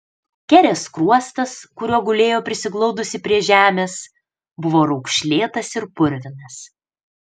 kerės skruostas kuriuo gulėjo prisiglaudusi prie žemės buvo raukšlėtas ir purvinas